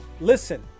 listen